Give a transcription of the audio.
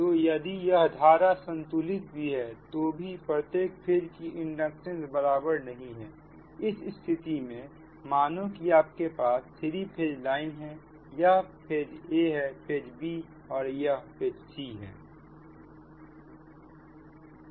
तो यदि यह धारा संतुलित भी है तो भी प्रत्येक फेज की इंडक्टेंस बराबर नहीं है इस स्थिति में मानो की आपके पास 3 फेज लाइन है यह फेज a फेज bफेज c है